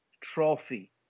trophy